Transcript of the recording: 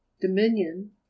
dominion